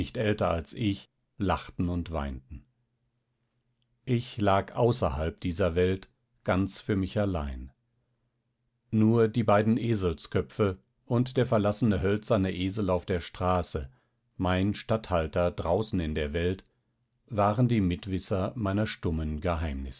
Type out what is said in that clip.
älter als ich lachten und weinten ich lag außerhalb dieser welt ganz für mich allein nur die beiden eselsköpfe und der verlassene hölzerne esel auf der straße mein statthalter draußen in der welt waren die mitwisser meiner stummen